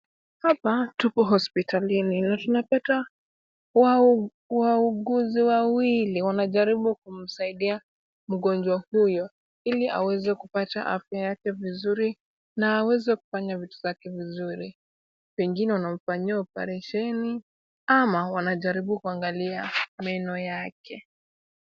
Hapa tuko hospitalini na tunapata wauguzi wawili wanajaribu kumsaidia mgonjwa huyu ili aweze kupata afya yake vizuri na aweze kufanya vitu zake vizuri. Pengine wanamfanyia oparesheni ama wanajaribu kuangalia meno yake.